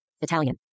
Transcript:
Italian